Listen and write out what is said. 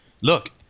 look